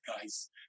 guys